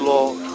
Lord